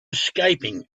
escaping